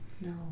no